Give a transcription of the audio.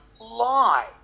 lie